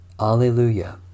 alleluia